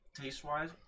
taste-wise